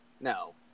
No